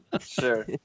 Sure